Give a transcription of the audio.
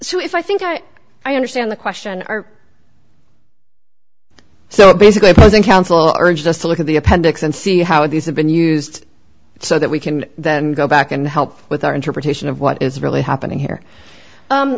so if i think i i understand the question are so basically i think counsel are just to look at the appendix and see how this has been used so that we can then go back and help with our interpretation of what is really happening here